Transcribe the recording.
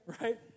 right